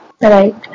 Right